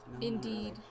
Indeed